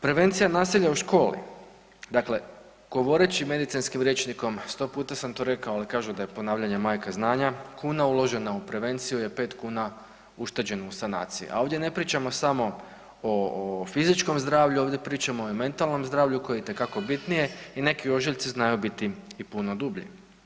Prevencija nasilja o školi, dakle govoreći medicinskim rječnikom 100 puta sam to rekao, ali kažu da je ponavljanje majka znanja, kuna uložena u prevenciju je 5 kuna ušteđeno u sanaciji, a ovdje ne pričamo samo o fizičkom zdravlju, ovdje pričamo i o mentalnom zdravlju koje je itekako bitnije i neki ožiljci znaju biti i puno dublji.